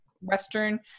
Western